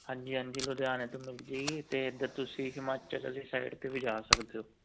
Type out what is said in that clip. ਹਾਂਜੀ ਹਾਂਜੀ ਲੁਧਿਆਣੇ ਤੋਂ ਮਿਲ ਜੇਗੀ ਅਤੇ ਇੱਧਰ ਤੁਸੀਂ ਹਿਮਾਚਲ ਵਾਲੀ ਸਾਈਡ 'ਤੇ ਵੀ ਜਾ ਸਕਦੇ ਹੋ